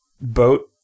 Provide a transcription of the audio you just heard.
boat